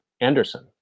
Anderson